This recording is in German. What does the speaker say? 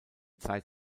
zeit